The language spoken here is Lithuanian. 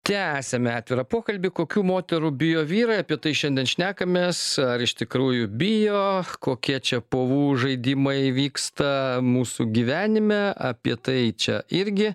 tęsiam atvirą pokalbį kokių moterų bijo vyrai apie tai šiandien šnekamės ar iš tikrųjų bijo kokie čia povų žaidimai vyksta mūsų gyvenime apie tai čia irgi